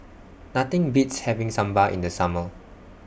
Nothing Beats having Sambal in The Summer